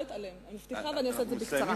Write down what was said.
אני מבטיחה, ואעשה זאת בקצרה.